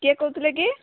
କିଏ କହୁଥିଲେ କି